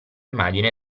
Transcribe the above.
immagine